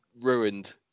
ruined